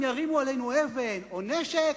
אם הם ירימו עלינו אבן או נשק,